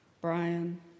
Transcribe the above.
Brian